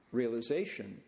realization